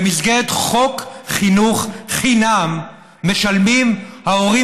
במסגרת חוק חינוך "חינם" משלמים ההורים